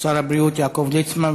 שר הבריאות יעקב ליצמן.